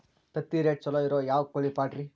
ತತ್ತಿರೇಟ್ ಛಲೋ ಇರೋ ಯಾವ್ ಕೋಳಿ ಪಾಡ್ರೇ?